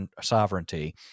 sovereignty